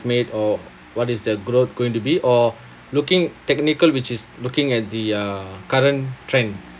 made or what is their growth going to be or looking technical which is looking at the uh current trend